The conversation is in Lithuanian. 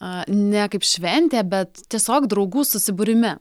a ne kaip šventėje bet tiesiog draugų susibūrime